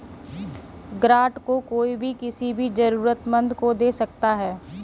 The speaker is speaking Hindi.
ग्रांट को कोई भी किसी भी जरूरतमन्द को दे सकता है